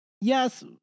Yes